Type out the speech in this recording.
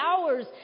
hours